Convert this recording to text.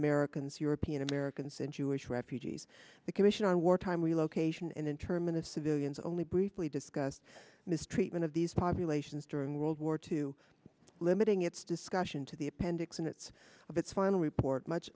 americans european americans and jewish refugees the commission on wartime relocation and in terminus civilians only briefly discussed mistreatment of these populations during world war two limiting its discussion to the appendix and its of its final report much